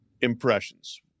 impressions